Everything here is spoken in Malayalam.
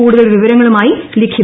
കൂടുതൽ വിവരങ്ങളുമായി ലിഖിത